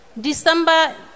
December